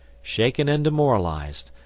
shaken and demoralised,